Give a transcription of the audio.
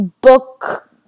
book